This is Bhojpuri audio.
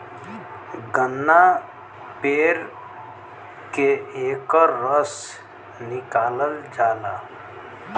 गन्ना पेर के एकर रस निकालल जाला